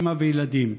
אימא וילדים,